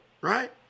right